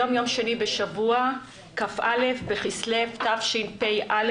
היום יום שני, כ"א בכסלו תשפ"א,